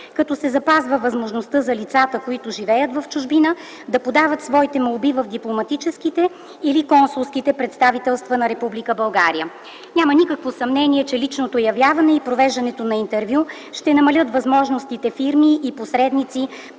като се запазва възможността за лицата, които живеят в чужбина, да подават своите молби в дипломатическите или консулските представителства на Република България. Няма никакво съмнение, че личното явяване и провеждането на интервю ще намалят възможностите фирми и посредници